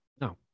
No